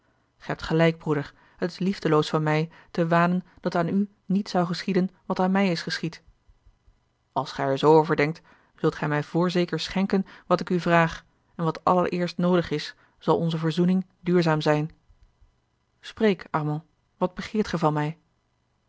gij hebt gelijk broeder het is liefdeloos van mij te wanen dat aan u niet zou geschieden wat aan mij is geschied als gij er zoo over denkt zult gij mij voorzeker schenken wat ik u vraag en wat allereerst noodig is zal onze verzoening duurzaam zijn spreek armand wat begeert gij